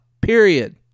period